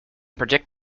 predict